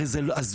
הרי זה הזוי.